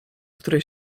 której